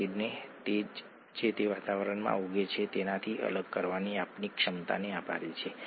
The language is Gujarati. એડીપી નું એટીપી માં આ ફોસ્ફોરાયલેશન 2 મુખ્ય માધ્યમથી કરવામાં આવે છે